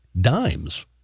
dimes